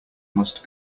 must